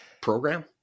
program